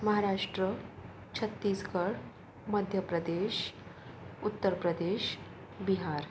Maharashtra Chhattisgarh Madhya Pradesh Uttar Pradesh Bihar